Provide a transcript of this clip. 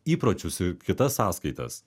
įpročius ir kitas sąskaitas